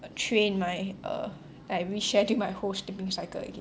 train my err like reschedule my whole sleeping cycle again